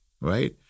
right